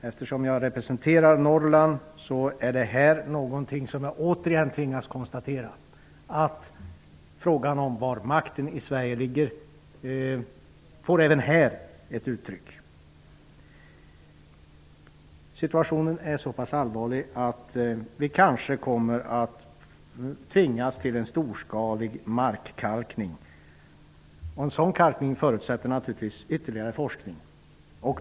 Eftersom jag representerar Norrland, tvingas jag åter konstatera att frågan om var makten ligger i Sverige även här får ett uttryck. Situationen är så pass allvarlig att vi kanske kommer att tvingas till en storskalig markkalkning. En sådan kalkning förutsätter givetvis mera forskning.